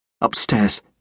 Upstairs